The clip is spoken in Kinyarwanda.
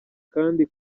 kandi